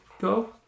go